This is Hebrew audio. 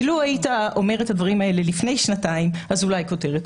אילו היית אומר את הדברים האלה לפני שנתיים אז אולי כותרת.